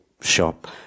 shop